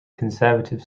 conservative